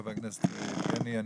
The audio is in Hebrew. חבר הכנסת יבגני,